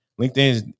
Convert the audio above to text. LinkedIn